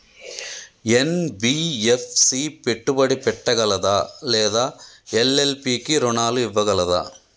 NBFC పెట్టుబడి పెట్టగలదా లేదా ఎల్.ఎల్.పి కి రుణాలు ఇవ్వగలదా?